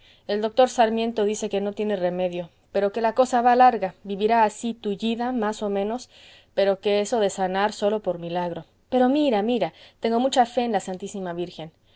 el doctor sarmiento dice que no tiene remedio pero que la cosa va larga vivirá así tullida más o menos pero que eso de sanar sólo por milagro pero mira mira tengo mucha fe en la santísima virgen